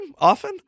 often